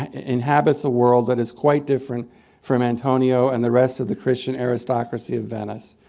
inhabits a world that is quite different from antonio and the rest of the christian aristocracy of venice.